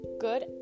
Good